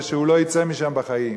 זה שהוא לא יצא משם בחיים.